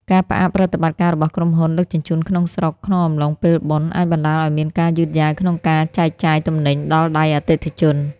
ការផ្អាកប្រតិបត្តិការរបស់ក្រុមហ៊ុនដឹកជញ្ជូនក្នុងស្រុកក្នុងអំឡុងពេលបុណ្យ អាចបណ្តាលឱ្យមានការយឺតយ៉ាវក្នុងការចែកចាយទំនិញដល់ដៃអតិថិជន។